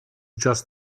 just